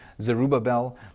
Zerubbabel